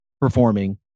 performing